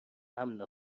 امن